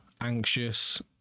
anxious